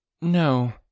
No